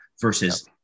versus